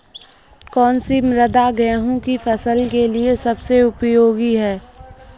कौन सी मृदा गेहूँ की फसल के लिए सबसे उपयोगी है?